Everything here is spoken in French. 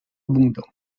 abondant